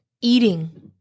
eating